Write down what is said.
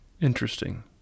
interesting